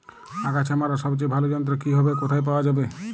আগাছা মারার সবচেয়ে ভালো যন্ত্র কি হবে ও কোথায় পাওয়া যাবে?